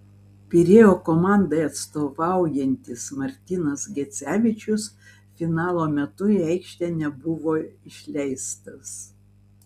pirėjo komandai atstovaujantis martynas gecevičius finalo metu į aikštę nebuvo išleistas